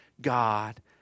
God